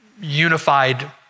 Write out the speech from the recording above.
unified